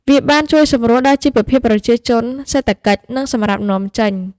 វាបានជួយសម្រួលដល់ជីវភាពប្រជាជន សេដ្ឋកិច្ច និងសម្រាប់នាំចេញ។